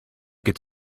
could